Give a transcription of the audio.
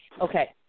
Okay